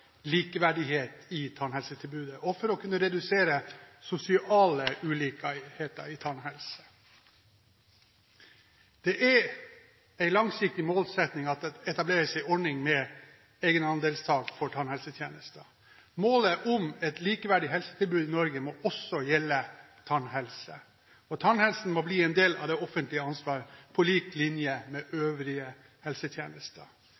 likeverdighet i tannhelsetilbudet og for å kunne redusere sosiale ulikheter i tannhelse. Det er en langsiktig målsetting at det etableres en ordning med egenandelstak for tannhelsetjenester. Målet om et likeverdig helsetilbud i Norge må også gjelde tannhelse, og tannhelse må bli en del av det offentliges ansvar, på lik linje med øvrige helsetjenester.